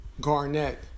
Garnett